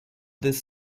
this